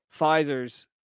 Pfizer's